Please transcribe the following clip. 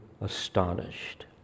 astonished